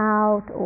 out